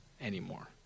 anymore